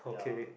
yeah